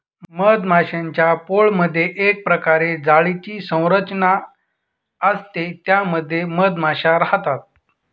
मधमाश्यांच्या पोळमधे एक प्रकारे जाळीची संरचना असते त्या मध्ये मधमाशा राहतात